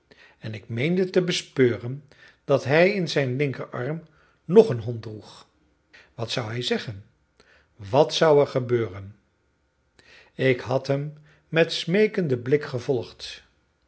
en ik meende te bespeuren dat hij in zijn linkerarm nog een hond droeg wat zou hij zeggen wat zou er gebeuren ik had hem met smeekenden blik gevolgd